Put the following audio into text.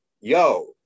Yo